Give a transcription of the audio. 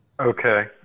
Okay